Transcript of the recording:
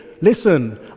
listen